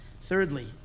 Thirdly